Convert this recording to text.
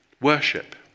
worship